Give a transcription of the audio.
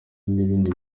n’ibindi